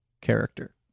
character